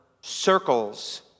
circles